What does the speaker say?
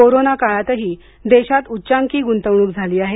corona काळातही देशात उच्चांकी गुंतवणूक झाली आहे